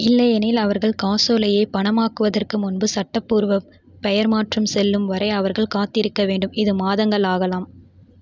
இல்லையெனில் அவர்கள் காசோலையை பணமாக்குவதற்கு முன்பு சட்டப்பூர்வ பெயர் மாற்றம் செல்லும் வரை அவர்கள் காத்திருக்க வேண்டும் இது மாதங்கள் ஆகலாம்